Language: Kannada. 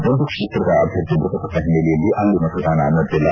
ಒಂದು ಕ್ಷೇತ್ರದ ಅಭ್ವರ್ಥಿ ಮೃತಪಟ್ಟ ಹಿನ್ನೆಲೆಯಲ್ಲಿ ಅಲ್ಲಿ ಮತದಾನ ನಡೆದಿಲ್ಲ